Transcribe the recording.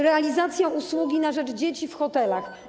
Realizacja usługi na rzecz dzieci w hotelach.